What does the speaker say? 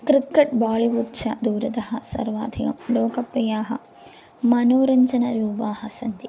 cricket Bollywood च दूरतः सर्वाधिकं लोकप्रियाः मनोरञ्जनरूपाः सन्ति